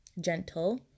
gentle